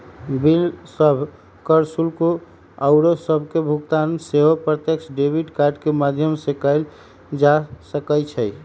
bill सभ, कर, शुल्क आउरो सभके भुगतान सेहो प्रत्यक्ष क्रेडिट के माध्यम से कएल जा सकइ छै